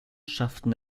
schafften